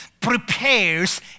prepares